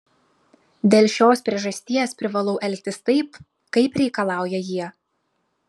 dėl šios priežasties privalau elgtis taip kaip reikalauja jie